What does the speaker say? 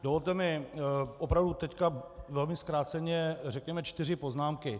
Dovolte mi opravdu teď velmi zkráceně řekněme čtyři poznámky.